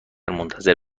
منتظر